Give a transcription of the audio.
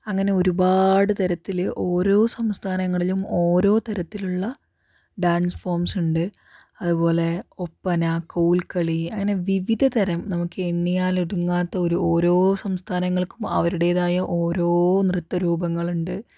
അങ്ങനെ ഒരുപാട് തരത്തില് ഓരോ സംസ്ഥാനങ്ങളിലും ഓരോ തരത്തിലുള്ള ഡാൻസ് ഫോംസ് ഉണ്ട് അതുപോലെ ഒപ്പന കോൽക്കളി അങ്ങനെ വിവിധതരം നമുക്ക് എണ്ണിയാൽ ഒടുങ്ങാത്ത ഒരു ഓരോ സംസ്ഥാനങ്ങള്ക്കും അവരുടേതായ ഓരോ നൃത്ത രൂപങ്ങളുണ്ട്